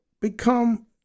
become